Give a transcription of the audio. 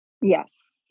Yes